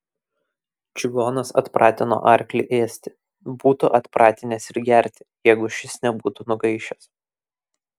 čigonas atpratino arklį ėsti būtų atpratinęs ir gerti jeigu šis nebūtų nugaišęs